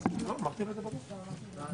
הישיבה ננעלה בשעה 10:50.